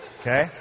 Okay